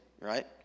right